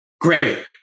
Great